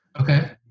Okay